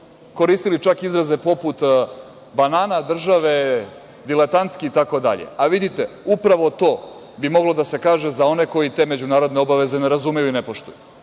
koristili čak izraze poput „banana države“, „diletantski“ itd. Vidite, upravo to bi moglo da se kaže za one koji te međunarodne obaveze ne razumeju i ne poštuju.